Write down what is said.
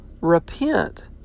repent